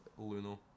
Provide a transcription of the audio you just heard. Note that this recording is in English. Luno